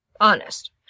Honest